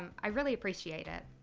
i really appreciate it.